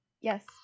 Yes